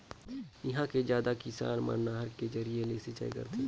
इहां के जादा किसान मन नहर के जरिए ले सिंचई करथे